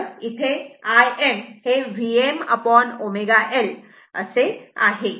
तर इथे Im Vmω L असे आहे